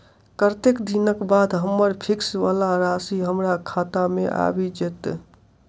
कत्तेक दिनक बाद हम्मर फिक्स वला राशि हमरा खाता मे आबि जैत?